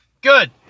good